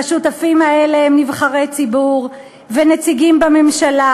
והשותפים האלה הם נבחרי ציבור ונציגים בממשלה,